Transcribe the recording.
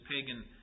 pagan